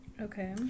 Okay